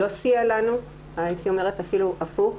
לא סייעה לנו והייתי אומרת אפילו הפוך,